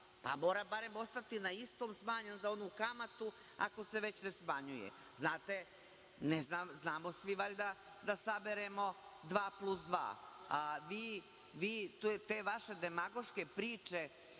Pa mora barem ostati na istom, smanjen za onu kamatu, ako se već ne smanjuje. Znamo svi valjda da saberemo dva plus dva. Te vaše demagoške priče